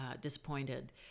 disappointed